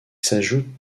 s’ajoutent